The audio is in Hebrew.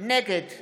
נגד